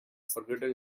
forgotten